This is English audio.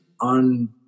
on